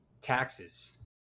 Taxes